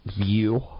view